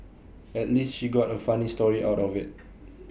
at least she got A funny story out of IT